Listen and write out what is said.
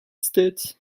states